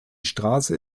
straße